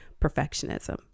perfectionism